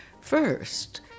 First